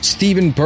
Stephen